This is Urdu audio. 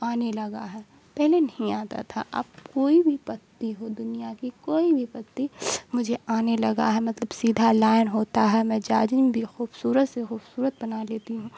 آنے لگا ہے پہلے نہیں آتا تھا اب کوئی بھی پتی ہو دنیا کی کوئی بھی پتی مجھے آنے لگا ہے مطلب سیدھا لائن ہوتا ہے میں بھی خوبصورت سے خوبصورت بنا لیتی ہوں